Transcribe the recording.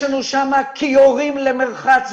יש לנו שם כיורים למרחץ,